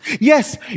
Yes